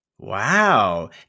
wow